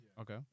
Okay